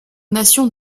nation